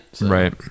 Right